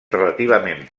relativament